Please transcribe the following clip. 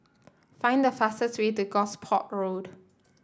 find the fastest way to Gosport Road